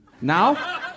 Now